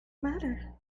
matter